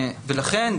ולכן,